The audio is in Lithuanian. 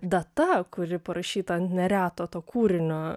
data kuri parašyta ant nereto to kūrinio